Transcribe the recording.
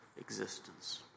existence